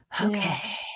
Okay